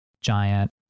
giant